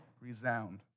resound